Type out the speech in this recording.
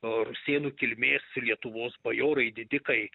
rusėnų kilmės lietuvos bajorai didikai